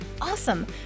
awesome